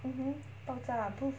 mmhmm 爆炸 boom